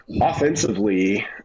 Offensively